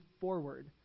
forward